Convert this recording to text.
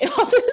office